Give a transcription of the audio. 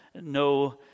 no